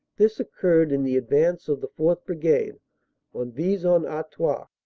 this occurred in the advance of the fourth brigade on vis-en-artois.